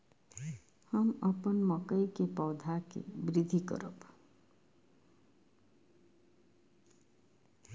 हम अपन मकई के पौधा के वृद्धि करब?